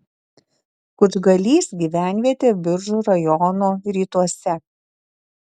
kučgalys gyvenvietė biržų rajono rytuose